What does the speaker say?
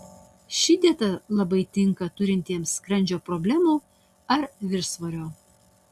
ši dieta labai tinka turintiems skrandžio problemų ar viršsvorio